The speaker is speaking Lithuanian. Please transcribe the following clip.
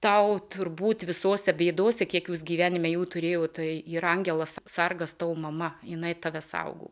tau turbūt visose bėdose kiek jūs gyvenime jų turėjau tai yra angelas sargas tavo mama jinai tave saugo